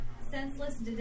senseless